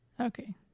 Okay